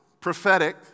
prophetic